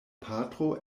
patro